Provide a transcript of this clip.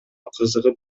кызыгып